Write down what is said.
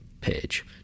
page